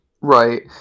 right